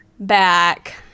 Back